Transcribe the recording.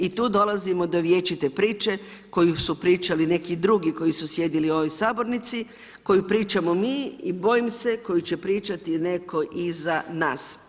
I tu dolazimo do vijećate priče, koju su pričali neki drugi koji su sjedili u ovoj sabornici, koju pričamo mi i bojim se koju će pričati netko iza nas.